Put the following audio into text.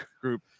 group